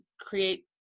create